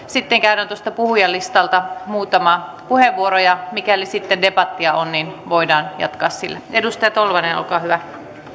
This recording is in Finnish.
sitten käydään puhujalistalta muutama puheenvuoro ja mikäli sitten debattia on voidaan jatkaa sillä edustaja tolvanen olkaa hyvä